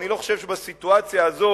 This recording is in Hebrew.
אני לא חושב שבסיטואציה הזו,